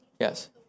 Yes